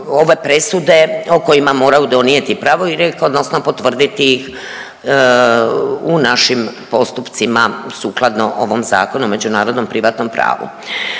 ove presude o kojima moraju donijeti pravorijek odnosno potvrditi ih u našim postupcima sukladno ovom Zakonu o međunarodnom privatnom pravu.